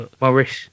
Morris